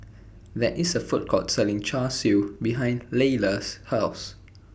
There IS A Food Court Selling Char Siu behind Leila's House